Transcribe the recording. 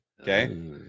okay